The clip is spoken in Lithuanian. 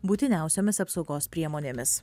būtiniausiomis apsaugos priemonėmis